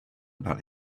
about